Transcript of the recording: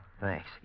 Thanks